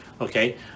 okay